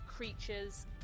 Creatures